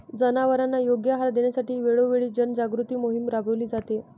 जनावरांना योग्य आहार देण्यासाठी वेळोवेळी जनजागृती मोहीम राबविली जाते